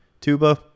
Tuba